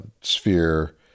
sphere